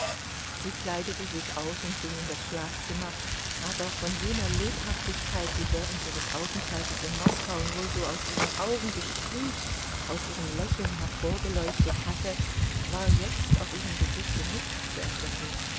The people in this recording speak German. sie kleidete sich aus und ging in das schlafzimmer aber von jener lebhaftigkeit die während ihres aufenthaltes in moskau nur so aus ihren augen gesprüht aus ihrem lächeln hervorgeleuchtet hatte war jetzt auf ihrem gesichte nichts zu entdecken